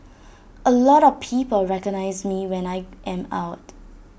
A lot of people recognise me when I am out